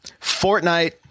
Fortnite